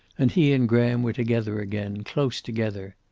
and he and graham were together again, close together.